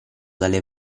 dalle